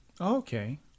Okay